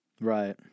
Right